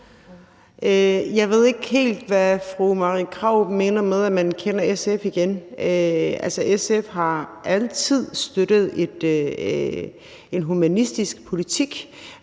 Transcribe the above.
Jeg ved ikke helt, hvad fru Marie Krarup mener med, at man kender SF igen. Altså, SF har altid støttet en humanistisk politik.